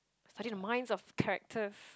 I study the minds of characters